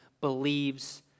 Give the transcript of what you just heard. believes